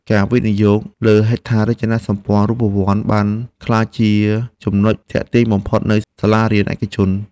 ការវិនិយោគលើហេដ្ឋារចនាសម្ព័ន្ធរូបវន្តបានក្លាយជាចំណុចទាក់ទាញបំផុតនៃសាលារៀនឯកជន។